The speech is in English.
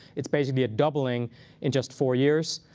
it's basically a doubling in just four years.